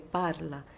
parla